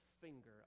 finger